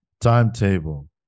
timetable